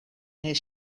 his